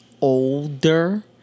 older